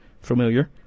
familiar